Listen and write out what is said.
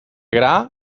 gra